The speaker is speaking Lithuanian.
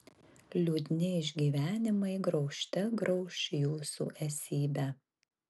liūdni išgyvenimai graužte grauš jūsų esybę